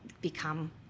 become